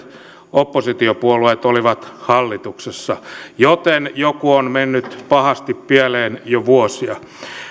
oppositiopuolueet olivat hallituksessa joten joku on mennyt pahasti pieleen jo vuosia